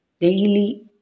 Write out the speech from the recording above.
daily